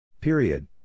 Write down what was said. Period